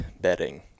bedding